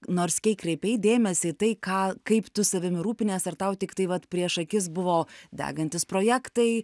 nors kei kreipei dėmesį į tai ką kaip tu savimi rūpinies ar tau tiktai vat prieš akis buvo degantys projektai